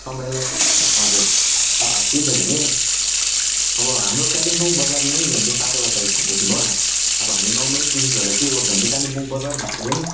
तपाईँलाई हजुर के छ भने अब हाम्रो कालिम्पोङ बजारमै झन्डै सातवटा साइड छ बुझ्नुभयो अब हामी नर्मली टुरिस्टहरूलाई के गर्छौँ भने कालिम्पोङ बजारभित्र पनि